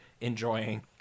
enjoying